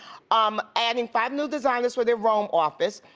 um adding five new designers for their rome office,